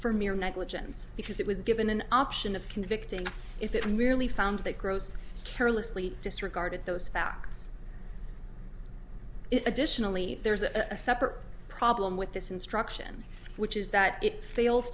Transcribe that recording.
mere negligence because it was given an option of convicting if it merely found that gross carelessly disregarded those facts it additionally there's a separate problem with this instruction which is that it fails